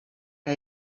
que